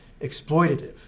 exploitative